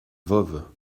voves